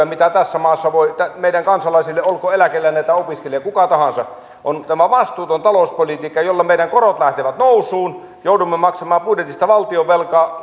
mitä tässä maassa voi meidän kansalaisillemme olla olkoon eläkeläinen tai opiskelija kuka tahansa on tämä vastuuton talouspolitiikka jolla meidän korkomme lähtevät nousuun joudumme maksamaan budjetista